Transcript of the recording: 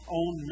own